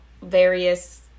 various